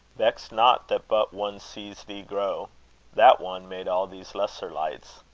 vex not that but one sees thee grow that one made all these lesser lights.